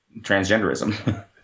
transgenderism